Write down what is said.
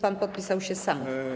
Pan podpisał się sam.